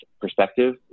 perspective